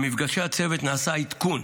במפגשי הצוות נעשים עדכון